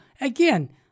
again